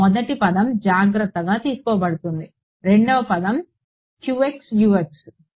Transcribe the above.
మొదటి పదం జాగ్రత్త తీసుకోబడుతుంది రెండవ పదం qx Ux